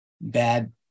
bad